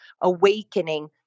awakening